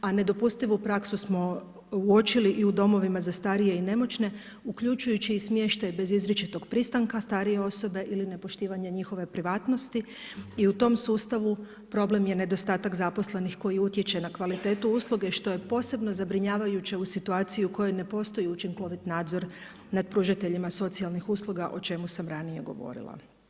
A nedopustivu praksu smo uočili i u domovima za starije i nemoćne, uključujući i smještaj bez izričitog pristanka starije osobe ili nepoštivanje njihove privatnosti i u tom sustavu problem je nedostatak zaposlenih, koji utječe na kvalitetu usluge, što je posebno zabrinjavajuće u kojoj ne postoji učinkovit nadzor nad pružateljima socijalnih usluga, o čemu sam ranije govorila.